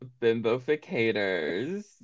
Bimboficators